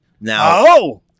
Now